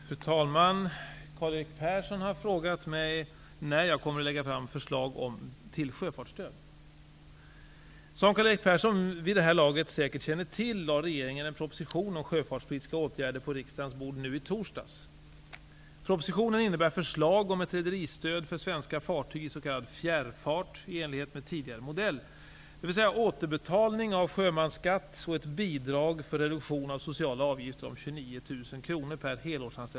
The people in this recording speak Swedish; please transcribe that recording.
Fru talman! Karl-Erik Persson har frågat mig om när jag kommer att lägga fram förslag till sjöfartsstöd. Som Karl-Erik Persson vid det här läget säkert känner till lade regeringen fram en proposition om sjöfartspolitiska åtgärder på riksdagens bord nu i torsdags. kr per helårsanställd sjöman.